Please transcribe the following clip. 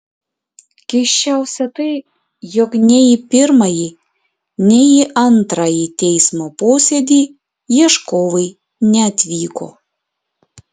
keisčiausia tai jog nei į pirmąjį nei į antrąjį teismo posėdį ieškovai neatvyko